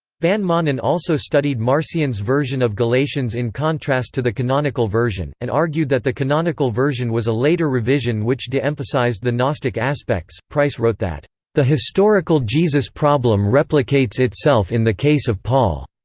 van manen also studied marcion's version of galatians in contrast to the canonical version, and argued that the canonical version was a later revision which de-emphasized the gnostic aspects price wrote that the historical jesus problem replicates itself in the case of paul,